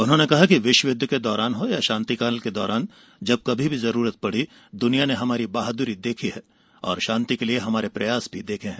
उन्होंने कहा कि विश्य युद्व के दौरान हो या शांतिकाल के दौरान जब कभी भी जरूरत पड़ी दुनिया ने हमारी बहादुरी की विजय देखी है और शांति के लिए उनके प्रयास भी देखे हैं